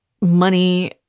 money